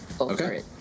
Okay